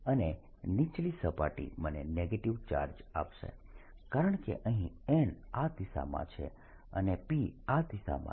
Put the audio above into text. અને નીચલી સપાટી મને નેગેટીવ ચાર્જ આપશે કારણકે અહીં n આ દિશામાં છે અને P આ દિશામાં છે